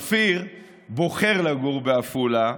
אבל אופיר בוחר לגור בעפולה,